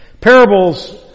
Parables